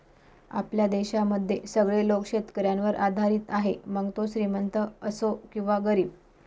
आपल्या देशामध्ये सगळे लोक शेतकऱ्यावर आधारित आहे, मग तो श्रीमंत असो किंवा गरीब